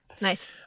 Nice